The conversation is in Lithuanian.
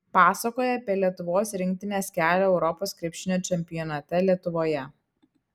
pasakoja apie lietuvos rinktinės kelią europos krepšinio čempionate lietuvoje